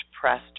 pressed